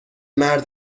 مرد